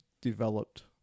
developed